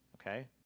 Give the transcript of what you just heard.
Okay